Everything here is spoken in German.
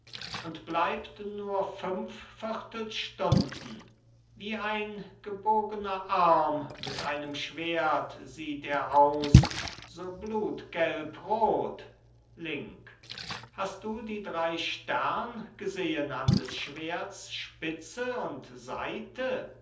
und bleibt nur fünf viertelstunden wie ein gebogner arm mit einem schwert sieht er aus so blutgelbrot link hast du die drei stern gesehen an des schwerts spitze und seite